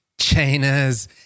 Chainers